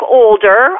older